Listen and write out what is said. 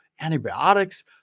antibiotics